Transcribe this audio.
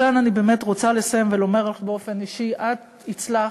כאן אני באמת רוצה לסיים ולומר לך באופן אישי: את הצלחת,